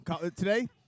Today